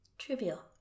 trivial